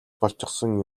болчихсон